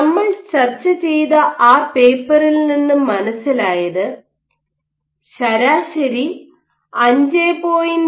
നമ്മൾ ചർച്ചചെയ്ത ആ പേപ്പറിൽ നിന്ന് മനസിലായത് ശരാശരി 5